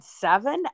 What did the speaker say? seven